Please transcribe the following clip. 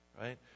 Right